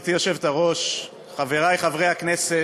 גברתי היושבת-ראש, חברי חברי הכנסת,